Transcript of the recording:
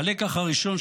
בבקשה.